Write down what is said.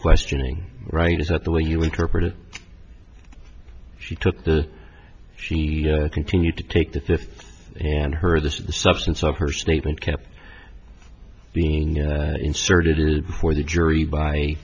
questioning right at the way you interpret it she took the she continued to take the fifth and heard the substance of her statement kept being inserted before the jury by